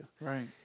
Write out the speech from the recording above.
Right